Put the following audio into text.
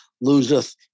loseth